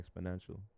exponential